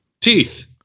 Teeth